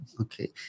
Okay